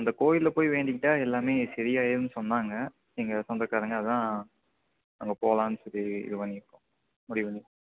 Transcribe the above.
அந்த கோயிலில் போய் வேண்டிக்கிட்டால் எல்லாமே சரியாயிடுன்னு சொன்னாங்க எங்கள் சொந்தக்காரங்க அதுதான் அங்கே போலாம்னு சொல்லி இது பண்ணியிருக்கோம் முடிவு பண்ணி